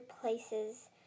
places